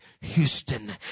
Houston